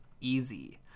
easy